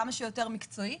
כמה שיותר מקצועי.